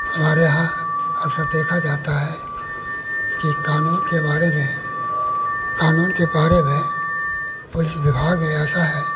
हमारे यहाँ अक्सर देखा जाता है कि क़ानून के बारे में क़ानून के बारे में पुलिस बिभाग ये ऐसा है